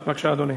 בבקשה, אדוני.